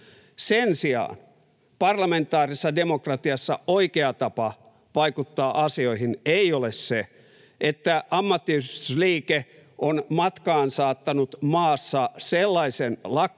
Sen sijaan parlamentaarisessa demokratiassa oikea tapa vaikuttaa asioihin ei ole se, että ammattiyhdistysliike on matkaan saattanut maassa sellaisen lakkoliikkeen,